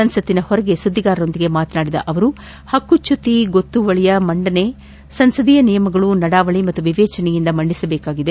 ಸಂಸತ್ನ ಹೊರಗೆ ಸುದ್ಗಿಗಾರರೊಂದಿಗೆ ಮಾತನಾಡಿದ ಅವರು ಪಕ್ಷುಚ್ನುತಿ ಗೊತ್ತುವಳಿಯ ಮಂಡನೆ ಸಂಸದೀಯ ನಿಯಮಗಳು ನಡಾವಳಿ ಮತ್ತು ವಿವೇಚನೆಯಿಂದ ಮಂಡಿಸಬೇಕಾಗಿದೆ